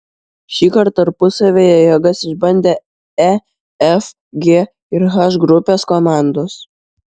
šįkart tarpusavyje jėgas išbandė e f g ir h grupės komandos